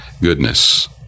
goodness